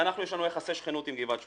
יש לנו יחסי שכנות עם גבעת שמואל,